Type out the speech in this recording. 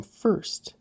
first